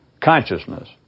consciousness